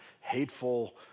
hateful